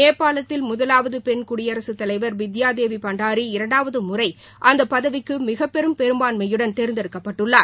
நேபாளத்தில் முதலாவது பெண் குடியரசுத் தலைவர் பித்யா தேவி பண்டாரி இரண்டாவது முறை அந்த பதவிக்கு மிகப்பெரும் பெரும்பான்மையுடன் தேர்ந்தெடுக்கப்பட்டுள்ளார்